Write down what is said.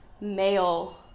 male